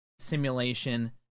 simulation